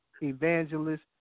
evangelist